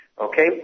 Okay